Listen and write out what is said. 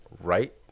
right